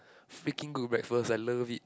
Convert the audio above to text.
freaking good breakfast I love it